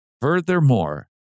furthermore